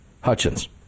Hutchins